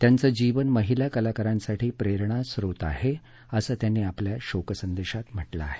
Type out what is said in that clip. त्यांचं जीवन महिला कलाकारांसाठी प्रेरणास्रोत आहे असं त्यांनी आपल्या शोकसंदेशात म्हटलं आहे